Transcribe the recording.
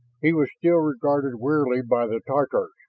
he was still regarded warily by the tatars,